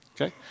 Okay